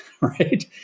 right